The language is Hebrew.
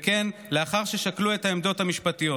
וכן לאחר ששקלו את העמדות המשפטיות.